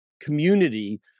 community